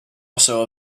also